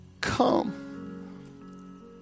Come